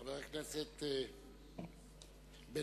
חבר הכנסת בן-ארי,